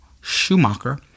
Schumacher